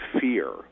fear